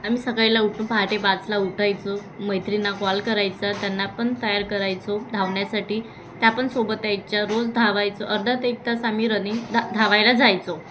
आम्ही सकाळीला उठून पहाटे पाचला उठायचं मैत्रिणींना कॉल करायचा त्यांना पण तयार करायचो धावण्यासाठी त्या पण सोबत यायच्या रोज धावायचो अर्धा एक तास आम्ही रनिंग धा धावायला जायचो